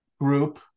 group